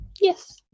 Yes